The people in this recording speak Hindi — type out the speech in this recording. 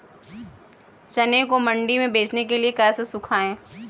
चने को मंडी में बेचने के लिए कैसे सुखाएँ?